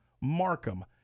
Markham